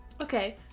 Okay